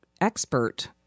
expert